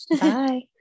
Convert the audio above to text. Bye